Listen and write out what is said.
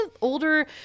older